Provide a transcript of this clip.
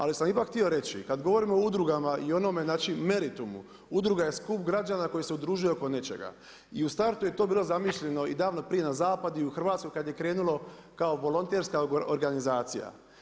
Ali sam ipak htio reći, kad govorimo o udrugama i onome znači meritumu, udruga je skup građana koja se udružuje oko nečega i u startu je to bilo zamišljeno i davno prije i na zapadu i u Hrvatskoj kad je krenulo kao volonterska organizacija.